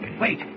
Wait